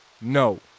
No